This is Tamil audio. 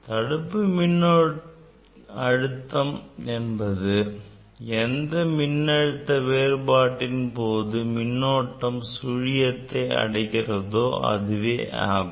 தடுப்பு மின்னழுத்தம் என்பது எந்த மின்னழுத்த வேறுபாட்டின் போது மின்னோட்டம் சுழியத்தை அடைகிறதோ அதுவே ஆகும்